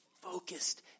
Focused